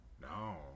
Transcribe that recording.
No